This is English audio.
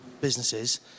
businesses